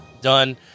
done